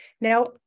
Now